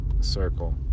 circle